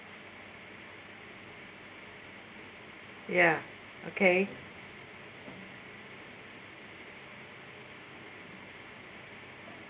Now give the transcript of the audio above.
ya okay